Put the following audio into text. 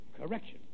Correction